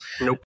Nope